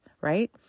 right